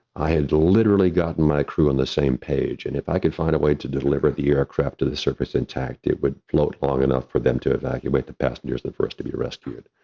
i had literally gotten my crew on the same page. and if i could find a way to deliver the aircraft to the surface intact, it would float long enough for them to evacuate the passengers at first to be rescued.